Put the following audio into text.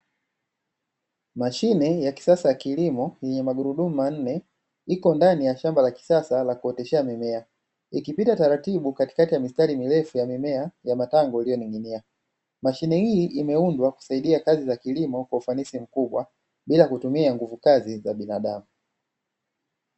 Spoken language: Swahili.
Mashine ya kisasa ya kilimo yenye magurudumu manne iko ndani ya shamba la kisasa la kuoteshea mimea, ikipita taratibu katikati ya mistari mirefu ya mimea ya matango iliyonin’ginia. Mashine hii imeundwa kusaidia kazi za kilimo kwa ufanisi mkubwa bila kutumia nguvu kazi za binadamu.